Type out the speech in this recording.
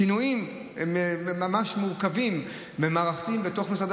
שינויים ממש מורכבים ומערכתיים בתוך משרדי